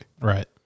Right